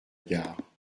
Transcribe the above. gare